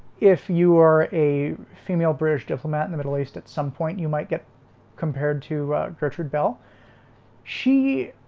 if you are a female british diplomat in the middle east at some point you might get compared to ah richard bell she